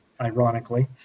ironically